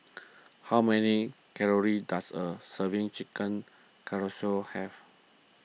how many calories does a serving Chicken Casserole have